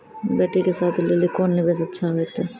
बेटी के शादी लेली कोंन निवेश अच्छा होइतै?